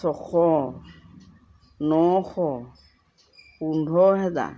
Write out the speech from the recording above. ছশ নশ পোন্ধৰ হেজাৰ